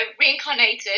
reincarnated